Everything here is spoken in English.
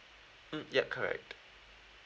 mm ya correct